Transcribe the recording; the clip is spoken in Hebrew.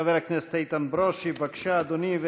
חבר הכנסת איתן ברושי, בבקשה, אדוני.